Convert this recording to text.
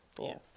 Yes